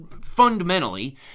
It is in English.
fundamentally